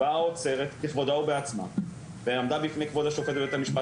באה האוצרת בכבודה ובעצמה ועמדה בפני כבוד השופט בבית המשפט